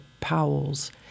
Powell's